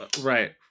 Right